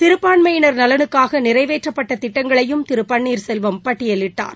சிறுபான்மையினர் நலனுக்காக நிறைவேற்றப்பட்ட திட்டங்களையும் திரு பன்னீர்செல்வம் பட்டியலிட்டார்